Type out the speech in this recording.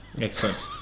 Excellent